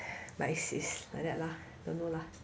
my sis like that lah don't know lah